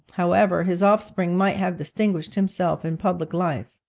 however his offspring might have distinguished himself in public life.